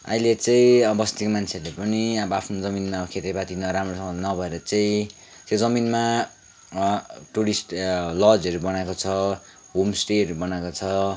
अहिले चाहिँ अब बस्तीका मान्छेहरूले पनि अब आफ्नो जमिनमा खेतीपाती राम्रोसँगले नभएर चाहिँ त्यो जमिनमा टुरिस्ट लजहरू बनाएको छ होमस्टेहरू बनाएको छ